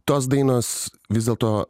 tos dainos vis dėl to